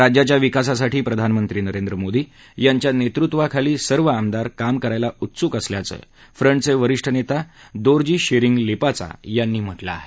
राज्याच्या विकासासाठी प्रधानमंत्री नरेंद्र मोदी यांच्या नेतृत्वाखाली सर्व आमदार काम करायला उत्सुक असल्याचं फ्रन्टचे वरिष्ठ नेता दोरजी शेरिंग लेपाचा यांनी म्हटलं आहे